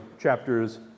chapters